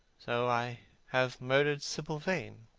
so i have murdered sibyl vane,